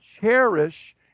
cherish